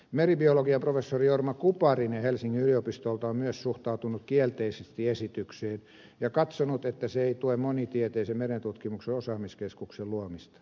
meribiologian professori jorma kuparinen helsingin yliopistolta on myös suhtautunut kielteisesti esitykseen ja katsonut että se ei tue monitieteisen merentutkimuksen osaamiskeskuksen luomista